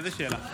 איזה שאלה?